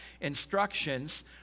instructions